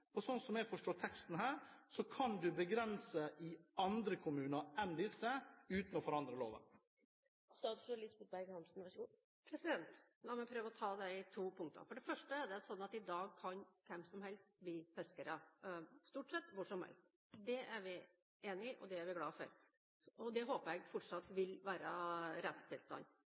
uten å forandre loven. La meg prøve å kommentere de to punktene. For det første er det slik at i dag kan hvem som helst bli fiskere – stort sett hvor som helst. Det er vi enige om, og det er vi glad for. Det håper jeg fortsatt vil være